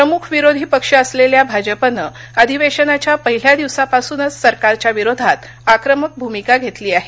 प्रमुख विरोधी पक्ष असलेल्या भाजपनं अधिवेशनाच्या पहिल्या दिवसापासूनच सरकारच्याविरोधात आक्रमक भूमिका घेतली आहे